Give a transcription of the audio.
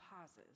pauses